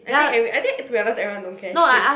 I think every I think to be honest everyone don't care shit